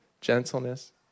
gentleness